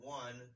one